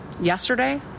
Yesterday